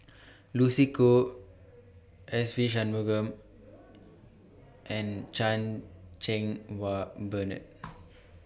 Lucy Koh Se Ve Shanmugam and Chan Cheng Wah Bernard